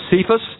Cephas